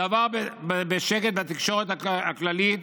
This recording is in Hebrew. זה עבר בשקט בתקשורת הכללית,